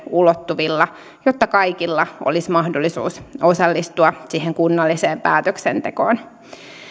ulottuvilla jotta kaikilla olisi mahdollisuus osallistua kunnalliseen päätöksentekoon